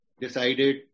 decided